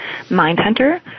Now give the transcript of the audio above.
Mindhunter